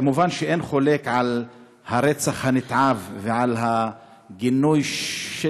מובן שאין חולק על הרצח הנתעב ועל הגינוי של